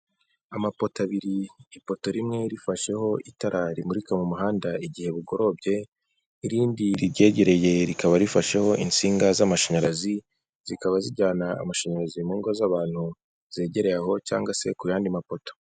Amapoto abiri ipoto rimwe rifasheho itara rimurika mu muhanda igihe bugorobye, irindi riryegereye rikaba rifasheho insinga z'amashanyarazi, zikaba zijyana amashanyarazi mu ngo z'abantu zegereye aho cyangwa se ku yandi mapoto.